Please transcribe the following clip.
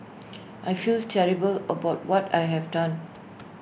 I feel terrible about what I have done